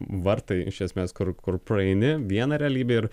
vartai iš esmės kur kur praeini vieną realybę ir